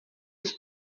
ils